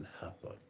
happen